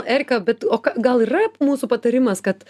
erika bet o ką gal yra mūsų patarimas kad